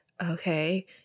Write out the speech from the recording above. okay